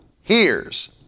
hears